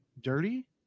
dirty